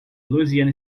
louisiana